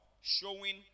showing